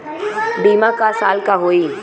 बीमा क साल क होई?